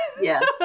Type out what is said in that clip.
yes